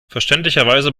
verständlicherweise